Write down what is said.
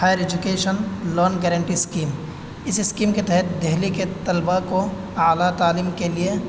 higher education loan guarantee scheme اس scheme کے تحت دہلی کے طلبا کو اعلیٰ تعلیم کے لیے